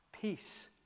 peace